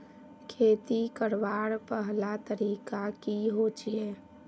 खेती करवार पहला तरीका की होचए?